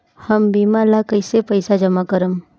हम बीमा ला कईसे पईसा जमा करम?